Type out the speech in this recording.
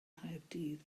nghaerdydd